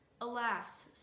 Alas